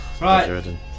Right